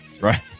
right